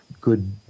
good